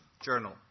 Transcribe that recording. Journal